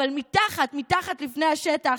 אבל מתחת, מתחת לפני השטח,